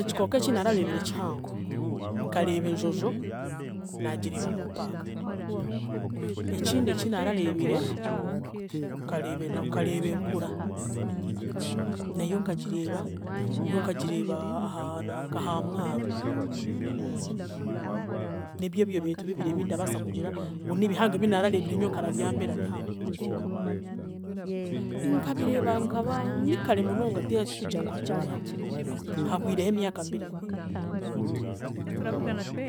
Ekikooko eki naarareebire ekihango; nkareeba enjojo, naagireeba mu paaka. Ekindi eki naarareebire, nkareeba enanka nkareeba enkura. Nayo nkagireeba, yo nkagireeba aha nanka aha mwaro. Nibyebyo ebintu bibiri ebi ndabaasa kugira ngu nibihango ebinaarareebire nyowe nkareeba byambeera bihango. Nkabireeba nkaba, nikare munonga tikugira ngu hakyari hati, hahwireho emyaka mbireebire.